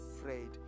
afraid